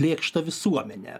lėkštą visuomenę